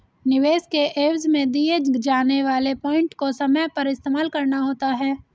निवेश के एवज में दिए जाने वाले पॉइंट को समय पर इस्तेमाल करना होता है